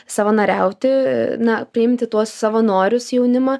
savanoriauti na priimti tuos savanorius jaunimą